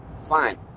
Fine